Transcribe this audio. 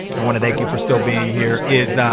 i wanna thank you for still being here. is